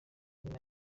nyuma